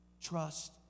Trust